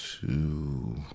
two